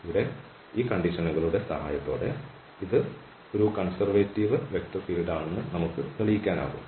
ഇവിടെ ഈ വ്യവസ്ഥകളുടെ സഹായത്തോടെ ഇത് ഒരു കൺസെർവേറ്റീവ് വെക്റ്റർ ഫീൽഡാണെന്ന് നമുക്ക് തെളിയിക്കാനാകും